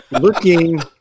Looking